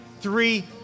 three